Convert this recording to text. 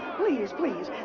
please, please,